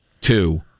two